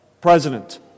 president